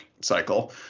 cycle